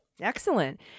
Excellent